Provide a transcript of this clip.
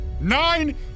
Nine